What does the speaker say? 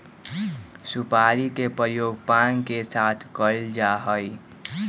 सुपारी के प्रयोग पान के साथ कइल जा हई